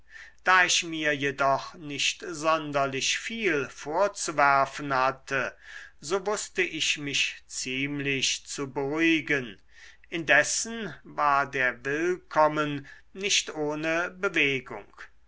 da ich mir jedoch nicht sonderlich viel vorzuwerfen hatte so wußte ich mich ziemlich zu beruhigen indessen war der willkommen nicht ohne bewegung